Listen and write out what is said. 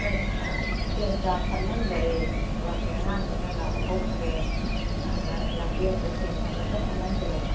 ꯍꯣꯏ ꯁꯦꯟꯒ ꯊꯠꯍꯟꯗꯔꯦ ꯀ꯭ꯂꯕꯀꯤ ꯑꯉꯥꯡꯈꯩꯅ ꯂꯥꯎꯊꯣꯛꯈ꯭ꯔꯦ ꯑꯗ ꯂꯝꯕꯦꯟꯗ ꯁꯦꯟ ꯊꯠꯄꯒ ꯊꯠꯍꯟꯗꯔꯦꯕ